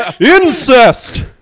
Incest